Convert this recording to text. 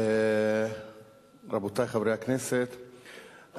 רבותי חברי הכנסת,